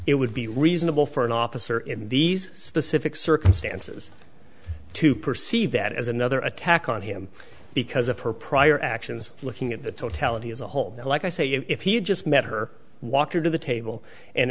it would be reasonable for an officer in these specific circumstances to perceive that as another attack on him because of her prior actions looking at the totality as a whole like i say if he had just met her walked her to the table and